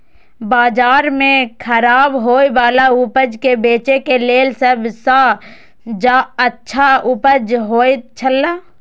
बाजार में खराब होय वाला उपज के बेचे के लेल सब सॉ अच्छा उपाय की होयत छला?